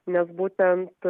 nes būtent